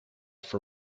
for